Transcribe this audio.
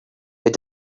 they